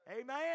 Amen